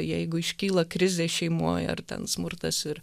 jeigu iškyla krizė šeimoj ar ten smurtas ir